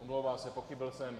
Omlouvám se, pochybil jsem.